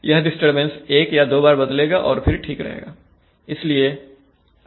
यह डिस्टरबेंस एक या दो बार बदलेगा और फिर ठीक रहेगा